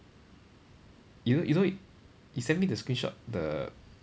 you you know you send me the screenshot the